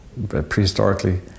prehistorically